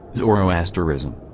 zoroasterism.